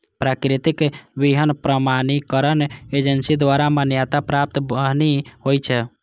पंजीकृत बीहनि प्रमाणीकरण एजेंसी द्वारा मान्यता प्राप्त बीहनि होइ छै